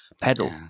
pedal